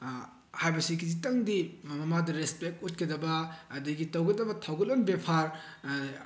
ꯍꯥꯏꯕꯁꯤ ꯈꯖꯤꯛꯇꯪꯗꯤ ꯃꯃꯥꯗ ꯔꯦꯁꯄꯦꯛ ꯎꯠꯀꯗꯕ ꯑꯗꯒꯤ ꯇꯧꯒꯗꯕ ꯊꯧꯒꯜꯂꯣꯟ ꯚꯦꯕꯥꯔ